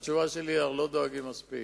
התשובה שלי היא שאנחנו לא דואגים מספיק.